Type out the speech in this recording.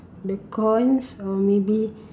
the corns or maybe